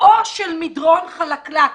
שיאו של מדרון חלקלק.